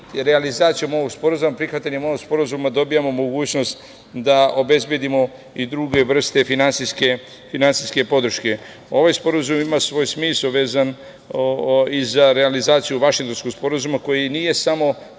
Realizacijom ovog sporazuma, prihvatanjem ovog sporazuma dobijamo mogućnost da obezbedimo i druge vrste finansijske podrške. Ovaj sporazum ima svoj smisao vezano za realizaciju Vašingtonskog sporazuma, koji nije samo